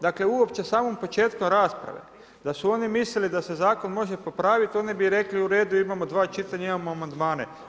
Dakle uopće samom početkom rasprave da su oni mislili da se zakon može popraviti oni bi rekli, u redu, imamo dva čitanja, imamo amandmane.